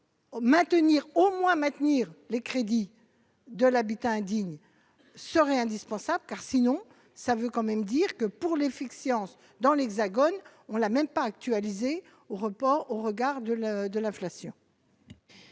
au moins maintenir les crédits de l'habitat indigne serait indispensable car sinon ça veut quand même dire que pour les fictions dans l'Hexagone, on l'a même pas actualisé au report au regard de de l'inflation.